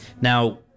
Now